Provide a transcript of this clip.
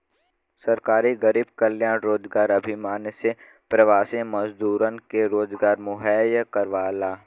सरकार गरीब कल्याण रोजगार अभियान में प्रवासी मजदूरन के रोजगार मुहैया करावला